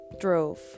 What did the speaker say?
drove